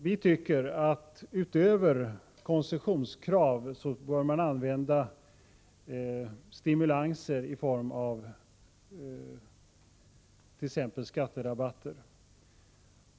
Vi tycker att man utöver koncessionskrav bör använda stimulanser i form av t.ex. skatterabatter.